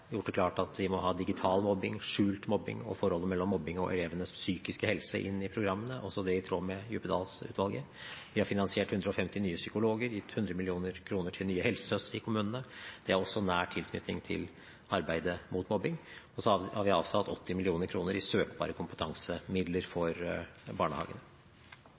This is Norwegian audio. gjort det klart at vi må ha digital mobbing, skjult mobbing og forholdet mellom mobbing og elevenes psykiske helse inn i programmene – også det i tråd med Djupedal-utvalget. Vi har finansiert 150 nye psykologer, gitt 100 mill. kr til nye helsesøstre i kommunene – det har også nær tilknytning til arbeidet mot mobbing – og så har vi avsatt 80 mill. kr i søkbare kompetansemidler for barnehagene.